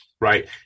right